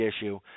issue